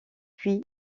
puis